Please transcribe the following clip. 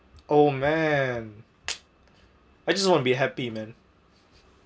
oh man I just wanna be happy man